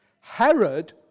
Herod